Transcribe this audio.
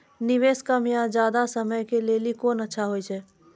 निवेश कम या ज्यादा समय के लेली कोंन अच्छा होइतै?